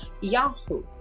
Yahoo